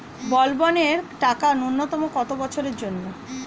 বলবনের টাকা ন্যূনতম কত বছরের জন্য?